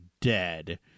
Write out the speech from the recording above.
dead